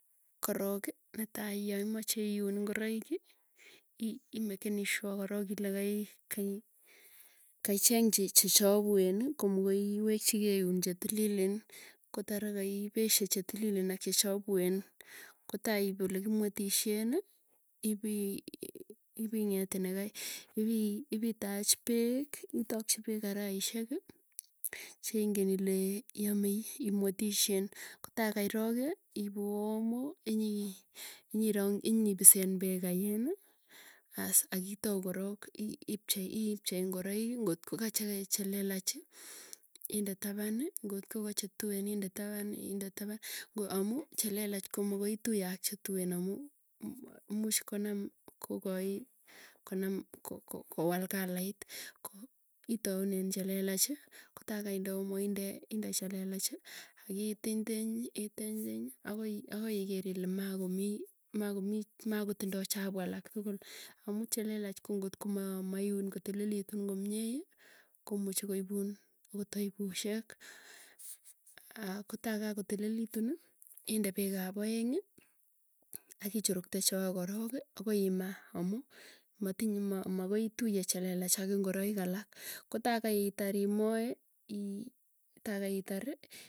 Koroki netai yaimache iun ngoroiki, imakeni sure korok ile kai kaicheng che chechapueni. Ko mokoi iwekchikei iun che tililen, ko tara kai peshe chetililen ak che chapuen. Ko taip ole kimwetisheni, ipi iping'et nekai ipi ipitach peek, itakchi peek karaisheki cheingen ile yame imwetishen kotaa koiroki iipu omo inyii pisen peekyeni aas akitou korok ii ipchei ipchei ingoroik ngoko ka chekai chelelachi inde tapani ngotko ka chetuen inde tapani, inde tapan ngo amuu. Chelelach ko mokoituiye ak chetuen amu muuch konam kokoi konam ko ko kowal kalait, ko itaunen chelelachi, kotai kainde omo inde inde chelelachi. Akititiny ititiny agoi agoi iker ile makomii makomii makotindae chafuk alak tukul amu, chelelach ko ngotko maiun kotililitu komie komuch koipun akot aibushek. Ah kotagotililitun inde pek ap aeng. akichurukta chok. agoi imaa amu matinye maa ituiye ngoroik chelelach ak ngoroik alak. kotokoitar imoe.